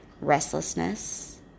restlessness